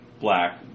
black